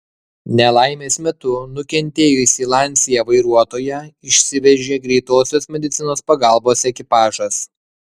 nelaimės metu nukentėjusį lancia vairuotoją išsivežė greitosios medicinos pagalbos ekipažas